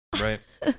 Right